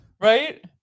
right